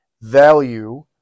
value